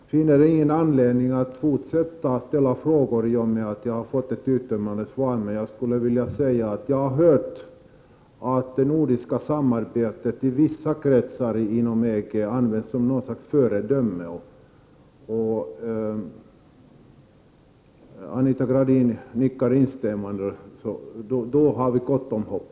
Herr talman! Jag finner ingen anledning att fortsätta att ställa frågor i och med att jag fått ett uttömmande svar. Jag skulle ändå vilja säga att jag har hört att det nordiska samarbetet i vissa kretsar inom EG används som något slags föredöme. Eftersom Anita Gradin nu nickar instämmande, har vi gott hopp.